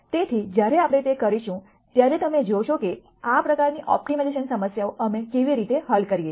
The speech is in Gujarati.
તેથી જ્યારે આપણે તે કરીશું ત્યારે તમે જોશો કે આ પ્રકારની ઓપ્ટિમાઇઝેશન સમસ્યાઓ અમે કેવી રીતે હલ કરીએ છીએ